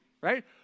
right